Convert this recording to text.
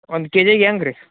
ಒಂದು ಕೇ ಜಿಗೆ ಹೆಂಗೆ ರೀ